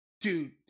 Dude